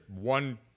one